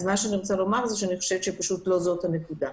אני חושבת שזו לא הנקודה.